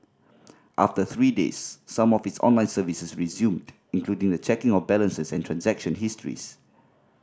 after three days some of its online services resumed including the checking of balances and transaction histories